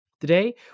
Today